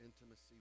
intimacy